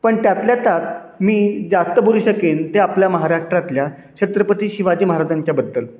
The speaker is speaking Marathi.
पण त्यातल्या त्यात मी जास्त बोलू शकेन ते आपल्या महाराष्ट्रातल्या छत्रपती शिवाजी महाराजांच्याबद्दल